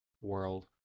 world